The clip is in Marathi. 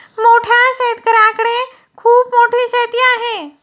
मोठ्या शेतकऱ्यांकडे खूप मोठी शेती आहे